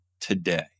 today